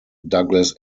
douglas